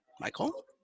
Michael